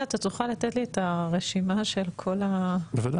גלעד אתה תוכל לתת לי את הרשימה של כל מה שחיברתם?